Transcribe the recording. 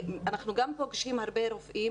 אנחנו גם פוגשים הרבה רופאים,